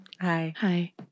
Hi